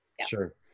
Sure